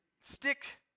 stick